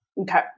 Okay